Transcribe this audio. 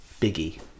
Biggie